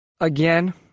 again